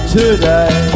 today